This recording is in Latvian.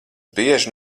bieži